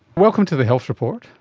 welcome to the health report.